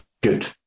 good